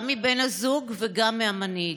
גם מבן הזוג וגם מהמנהיג,